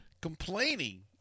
complaining